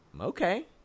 Okay